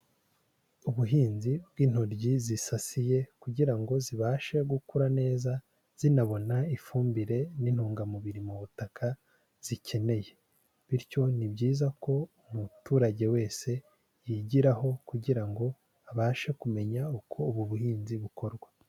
Ubuhinzi bw'intoryi zisasiye kugira ngo zibashe gukura neza zinabona ifumbire n'intungamubiri mu butaka zikeneye, bityo ni byiza ko umuturage wese yigiraho kugira ngo abashe kumenya uko ubu buhinzi bukorwa.